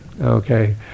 Okay